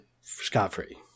scot-free